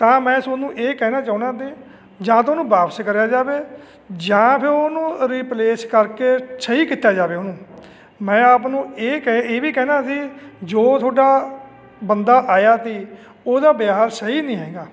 ਤਾਂ ਮੈਂ ਤੁਹਾਨੂੰ ਇਹ ਕਹਿਣਾ ਚਾਹੁੰਦਾ ਸੀ ਜਾਂ ਤਾਂ ਉਹਨੂੰ ਵਾਪਸ ਕਰਿਆ ਜਾਵੇ ਜਾਂ ਫਿਰ ਉਹਨੂੰ ਰਿਪਲੇਸ ਕਰਕੇ ਸਹੀ ਕੀਤਾ ਜਾਵੇ ਉਹਨੂੰ ਮੈਂ ਆਪ ਨੂੰ ਇਹ ਕਹਿ ਇਹ ਵੀ ਕਹਿਣਾ ਸੀ ਜੋ ਤੁਹਾਡਾ ਬੰਦਾ ਆਇਆ ਸੀ ਉਹਦਾ ਵਿਹਾਰ ਸਹੀ ਨਹੀਂ ਹੈਗਾ